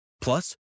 Plus